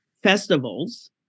festivals